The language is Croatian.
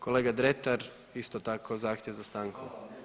Kolega Dretar isto tako zahtjev za stankom.